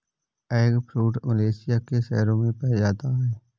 eggfruit Malaysia के शहरों में पाया जाता है